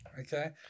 Okay